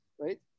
right